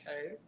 Okay